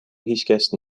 هیچکس